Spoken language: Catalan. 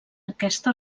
aquesta